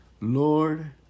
Lord